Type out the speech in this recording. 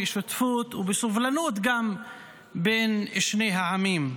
בשותפות ובסובלנות גם בין שני העמים.